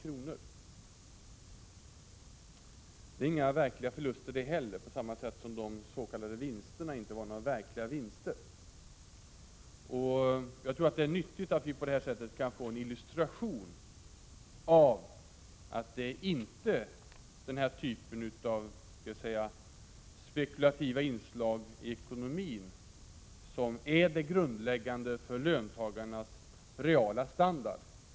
Det är inte några verkliga förluster — på samma sätt som de s.k. vinsterna inte var några verkliga vinster. Jag tror att det är nyttigt att på det sättet få en illustration av att det inte är den här typen av spekulativa inslag i ekonomin som är det grundläggande för löntagarnas reala standard.